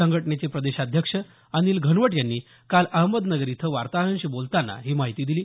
संघटनेचे प्रदेशाध्यक्ष अनिल घनवट यांनी काल अहमदनगर इथं वार्ताहरांशी बोलतांना ही माहिती दिली